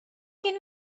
can